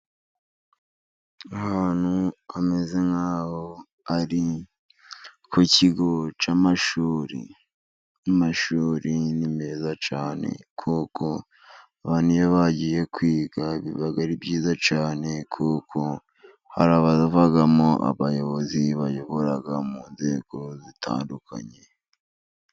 Ahantu bameze nk'aho ari ku kigo cy'amashuri. Amashuri ni meza cyane kuko abana iyo bagiye kwiga biba ari byiza cyane, kuko hari abavamo abayobozi bayobora mu nzego zitandukanye.